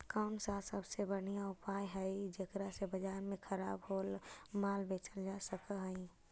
कौन सा सबसे बढ़िया उपाय हई जेकरा से बाजार में खराब होअल माल बेचल जा सक हई?